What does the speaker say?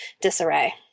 disarray